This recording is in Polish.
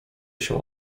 się